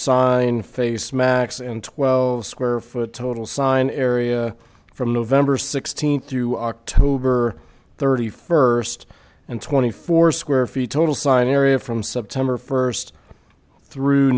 sign face max and twelve square foot total sign area from november sixteenth through october thirty first and twenty four square feet total sign area from september first through